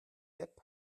depp